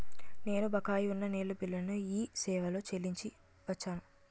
నేను బకాయి ఉన్న నీళ్ళ బిల్లును ఈ సేవాలో చెల్లించి వచ్చాను